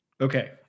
Okay